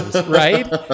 Right